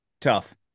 tough